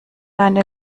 deine